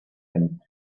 and